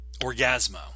Orgasmo